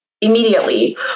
immediately